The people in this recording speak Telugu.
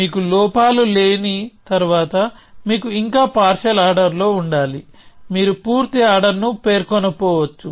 మీకు లోపాలు లేని తరువాత మీకు ఇంకా పార్షియల్ ఆర్డర్ ఉండాలి మీరు పూర్తి ఆర్డర్ ని పేర్కొనకపోవచ్చు